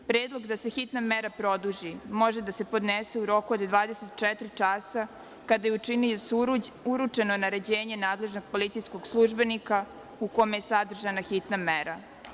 Predlog da se hitna mera produži može da se podnese u roku od 24 časa kada je učiniocu uručeno naređenje nadležnog policijskog službenika u kome je sadržana hitna mera.